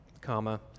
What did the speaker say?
comma